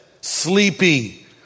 sleepy